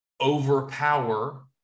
overpower